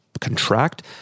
contract